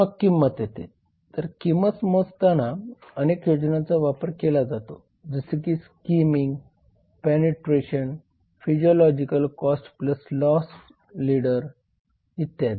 मग किंमत येते तर किंमत मोजताना अनेक योजनांचा वापर केला जातो जसे की skimming penetration physiological cost plus loss leader इत्यादी